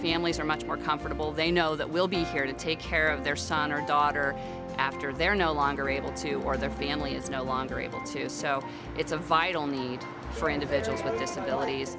families are much more comfortable they know that will be fair to take care of their son or daughter after they're no longer able to or their family is no longer able to do so it's a vital need for individuals with disabilities